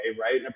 right